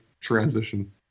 transition